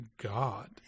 God